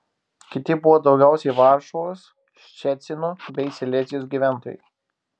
kiti buvo daugiausiai varšuvos ščecino bei silezijos gyventojai